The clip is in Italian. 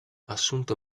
assunto